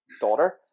daughter